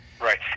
right